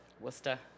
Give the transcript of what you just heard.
Worcester